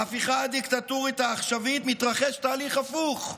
בהפיכה הדיקטטורית העכשווית מתרחש תהליך הפוך: